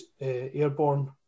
Airborne